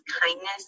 kindness